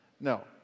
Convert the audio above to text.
No